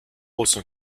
also